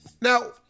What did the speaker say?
Now